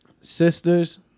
sisters